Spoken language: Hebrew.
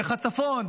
דרך הצפון,